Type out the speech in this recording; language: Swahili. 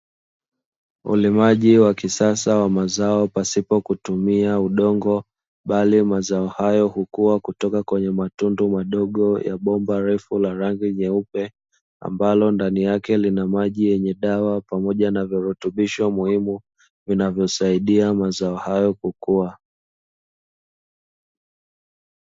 Ulimaji wa kisasa wa mazao pasipo kutumia udongo, bali mazao hayo hukua kwenye matundu madogo ya bomba refu la rangi nyeupe, ambalo ndani yake linamaji yenye dawa pamoja na virutubisho muhimu vinavyosaidia mazao hayo kukua.